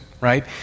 Right